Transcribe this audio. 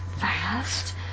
fast